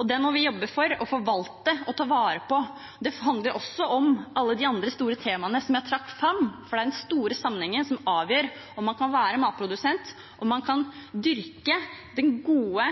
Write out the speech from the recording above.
og den må vi jobbe for å forvalte og ta vare på. Det handler også om alle de andre store temaene som jeg trakk fram, for det er den store sammenhengen som avgjør om man kan være matprodusent, og om man kan dyrke den gode,